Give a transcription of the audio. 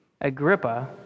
Agrippa